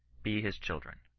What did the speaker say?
be his children.